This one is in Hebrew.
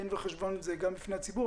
דין וחשבון זה גם בפני הציבור,